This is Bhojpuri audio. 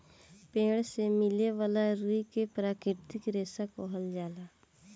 पेड़ से मिले वाला रुई के प्राकृतिक रेशा कहल जाला